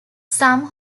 some